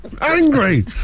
Angry